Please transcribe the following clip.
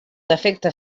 defecte